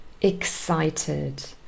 excited